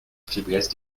faiblesse